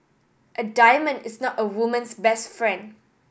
a diamond is not a woman's best friend